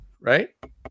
right